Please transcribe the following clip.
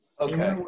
Okay